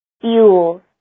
fuel